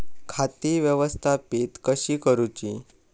खाती व्यवस्थापित कशी करूची?